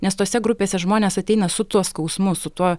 nes tose grupėse žmonės ateina su tuo skausmu su tuo